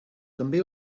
també